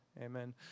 Amen